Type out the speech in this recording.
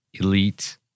Elite